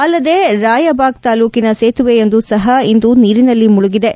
ಅಲ್ಲದೆ ರಾಯಬಾಗ್ ತಾಲೂಕಿನ ಸೇತುವೆಯೊಂದು ಸಹ ಇಂದು ನೀರಿನಲ್ಲಿ ಮುಳುಗಿವೆ